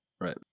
Right